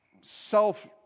self